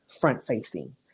front-facing